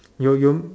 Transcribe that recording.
you you